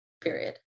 Period